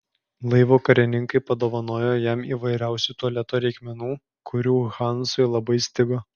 laivo karininkai padovanojo jam įvairiausių tualeto reikmenų kurių hansui labai stigo